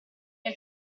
nel